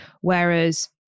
Whereas